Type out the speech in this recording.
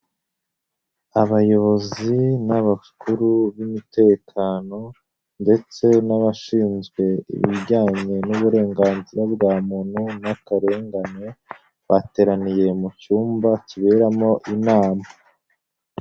Abayobozi n'abakuru b'umutekano ndetse n'abashinzwe ibijyanye n'uburenganzira bwa muntu n'akarengane, bateraniye mu cyumba kiberamo inama.